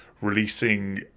releasing